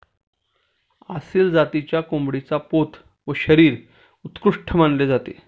आसिल जातीच्या कोंबडीचा पोत व शरीर उत्कृष्ट मानले जाते